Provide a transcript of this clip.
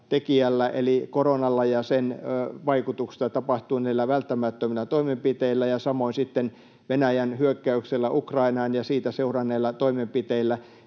eli koronalla ja sen vaikutuksesta tapahtuneilla välttämättömillä toimenpiteillä ja samoin sitten Venäjän hyökkäyksellä Ukrainaan ja siitä seuranneilla toimenpiteillä.